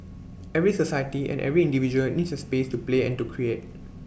every society and every individual needs A space to play and to create